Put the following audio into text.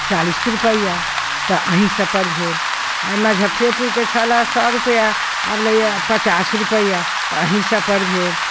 चालीस रुपआ तऽ एहि सभ पर भेल आइ मजफ्फरेपुर कऽ छलऽ सए रुपआ आब लैए पचास रुपआ तऽ एहि सभ पर भेल